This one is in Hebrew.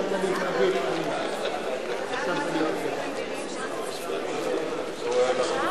ההצעה להעביר את הצעת חוק הבוררות (תיקון,